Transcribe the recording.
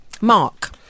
Mark